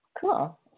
Cool